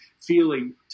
feeling